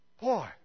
Boy